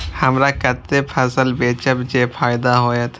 हमरा कते फसल बेचब जे फायदा होयत?